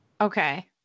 Okay